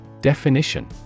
Definition